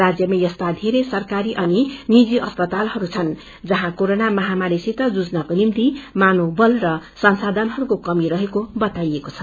राज्यका यस्ता धेरै समरकारी औ निजी अस्पातालहरू छन् जहाँ कोरोना महामारीसित जुझ्नको निम्ति मानव बल र संसाध्यनहरूको कमी रहेको बताईएको छ